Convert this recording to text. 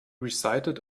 recited